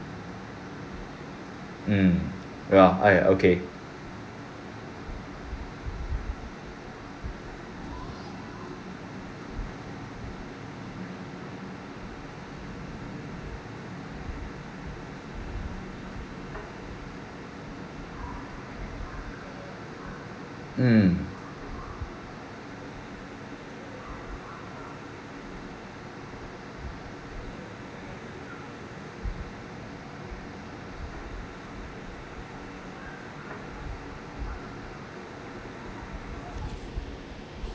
mm ya I err okay mm